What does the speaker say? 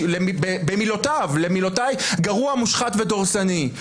במילותיו, במילותיי: גרוע, מושחת ודורסני.